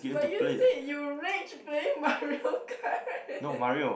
but you said you rage playing Mario-Kart